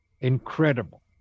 incredible